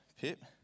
Pip